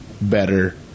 better